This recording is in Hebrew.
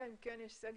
אלא אם כן יש סגר,